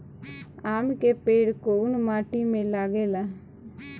आम के पेड़ कोउन माटी में लागे ला?